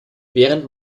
während